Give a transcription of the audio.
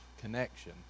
connection